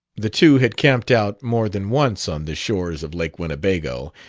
the two had camped out more than once on the shores of lake winnebago,